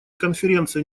конференция